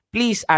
Please